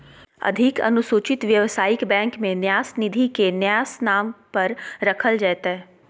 अधिक अनुसूचित व्यवसायिक बैंक में न्यास निधि के न्यास के नाम पर रखल जयतय